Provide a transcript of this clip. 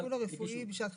של הטיפול הרפואי בשעת חירום.